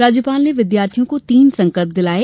राज्यपाल ने विद्यार्थियों को तीन संकल्प दिलाये